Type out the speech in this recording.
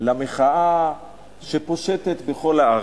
למחאה שפושטת בכל הארץ.